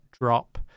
drop